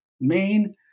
main